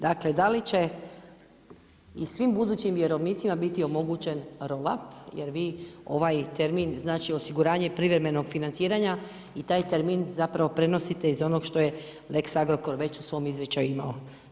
Dakle, da li će i svim budućim vjerovnicima biti omogućen roll up, jer vi ovaj termin znači osiguranje privremenog financiranja i taj termin zapravo prenosite iz onog što je lex Agrokor već u svom izričaju imao.